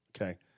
Okay